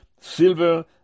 silver